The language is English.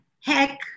heck